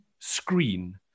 Screen